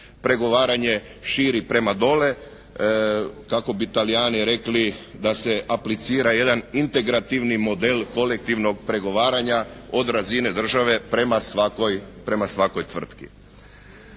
pregovaranje širi prema dole, kako bi Talijani rekli, da se aplicira jedan integrativni model kolektivnog pregovaranja od razine države prema svakoj tvrtki.